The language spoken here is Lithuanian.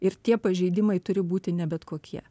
ir tie pažeidimai turi būti ne bet kokie